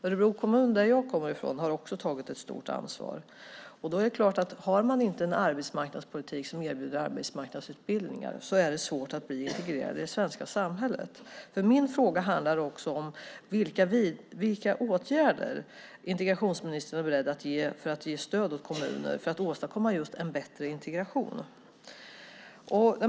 Örebro kommun, som jag kommer från, har också tagit stort ansvar. Det är klart att om det inte finns en arbetsmarknadspolitik som erbjuder arbetsmarknadsutbildningar är det svårt att bli integrerad i det svenska samhället. Min fråga handlar också om vilka åtgärder integrationsministern är beredd att vidta för att ge stöd åt kommuner för att åstadkomma en bättre integration.